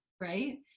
right